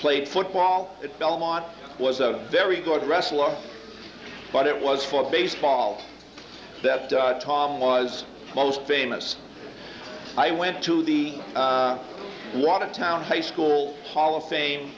played football at belmont was a very good wrestler but it was for baseball that tom was most famous i went to the watertown high school hall of fame